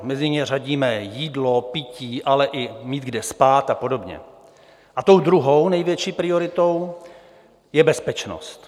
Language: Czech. Mezi ně řadíme jídlo, pití, ale i mít kde spát a podobně, a tou druhou největší prioritou je bezpečnost.